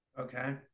Okay